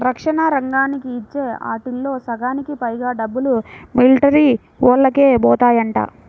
రక్షణ రంగానికి ఇచ్చే ఆటిల్లో సగానికి పైగా డబ్బులు మిలిటరీవోల్లకే బోతాయంట